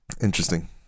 Interesting